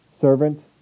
servant